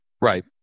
Right